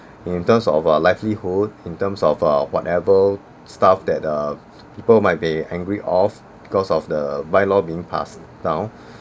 in terms of our livelihood in terms of err whatever stuff that uh people might be angry of because of the by-law being passed down